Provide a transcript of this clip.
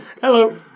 Hello